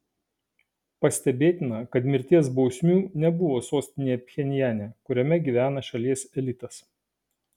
pastebėtina kad mirties bausmių nebuvo sostinėje pchenjane kuriame gyvena šalies elitas